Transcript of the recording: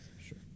sure